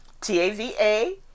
T-A-V-A